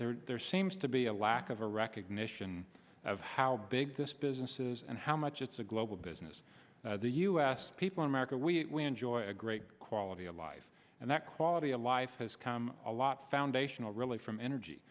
that there seems to be a lack of a recognition of how big this business is and how much it's a global business the u s people in america we enjoy a great quality of life and that quality of life has come a lot foundational really from energy